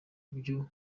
buryo